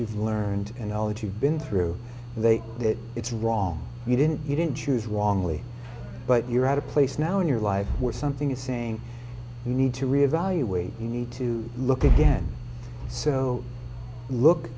you've learned and all that you've been through that it's wrong you didn't you didn't choose wong lee but you're at a place now in your life where something is saying you need to reevaluate you need to look again so look